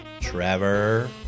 Trevor